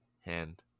hand